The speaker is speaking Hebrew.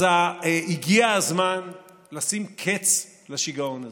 אז הגיע הזמן לשים קץ לשיגעון הזה.